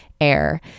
air